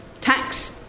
tax